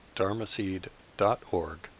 dharmaseed.org